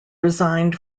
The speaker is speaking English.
resigned